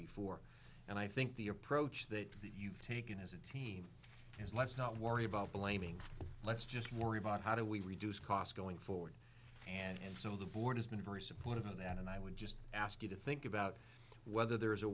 before and i think the approach that you've taken as a team is let's not worry about blaming let's just worry about how do we reduce costs going forward and some of the board has been very supportive of that and i would just ask you to think about whether there is a